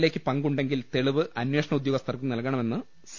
A യ്ക്ക്പങ്കുണ്ടെങ്കിൽ തെളിവ് അന്വേഷണ ഉദ്യോഗസ്ഥർക്ക് നൽകണമെന്ന് സി